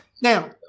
Now